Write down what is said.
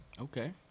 okay